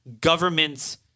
governments